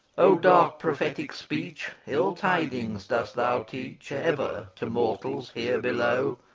o dark prophetic speech, ill tidings dost thou teach ever, to mortals here below!